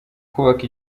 kubaka